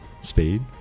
speed